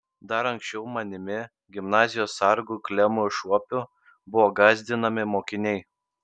dar anksčiau manimi gimnazijos sargu klemu šuopiu buvo gąsdinami mokiniai